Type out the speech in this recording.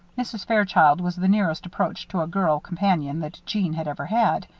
mrs. fairchild was the nearest approach to a girl companion that jeanne had ever had.